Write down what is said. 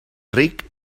ric